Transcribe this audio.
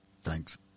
Thanks